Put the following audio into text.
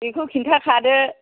बेखौ खिन्थाखादो